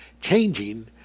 changing